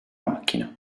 macchina